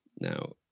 now